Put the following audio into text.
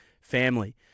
family